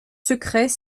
secrets